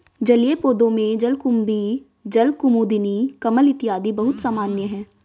जलीय पौधों में जलकुम्भी, जलकुमुदिनी, कमल इत्यादि बहुत सामान्य है